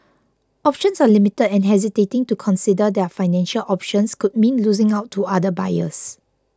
options are limited and hesitating to consider their financial options could mean losing out to other buyers